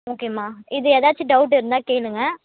ஓகேம்மா இது ஏதாச்சிம் டவுட் இருந்தால் கேளுங்கள்